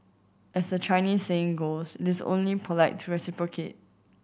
as the Chinese saying goes it's only polite to reciprocate